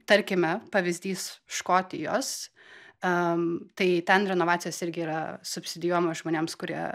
tarkime pavyzdyd škotijos am tai ten renovacijos irgi yra subsidijuojama žmonėms kurie